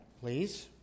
please